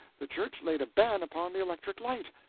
the church laid a ban upon the electric light!